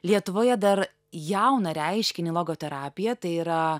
lietuvoje dar jauną reiškinį logoterapiją tai yra